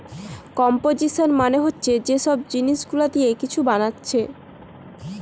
composition মানে হচ্ছে যে সব জিনিস গুলা দিয়ে কিছু বানাচ্ছে